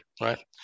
right